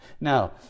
now